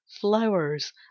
flowers